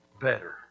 better